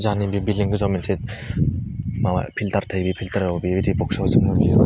जाहानि बे बिल्दिं गोजौआव मोनसे माबा फिलथार थायो बे फिलथाराव बेबायदि बक्सआव